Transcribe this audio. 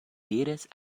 diris